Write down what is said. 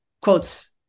quotes